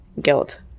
guilt